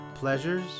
pleasures